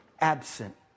absent